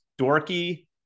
dorky